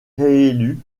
réélu